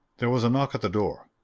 there was a knock at the door.